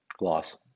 Loss